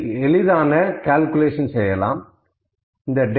ஒரு எளிதான கால்குலேஷன் செய்கிறேன்